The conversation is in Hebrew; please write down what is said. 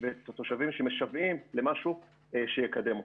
ואת התושבים שמשוועים למשהו שיקדם אותם.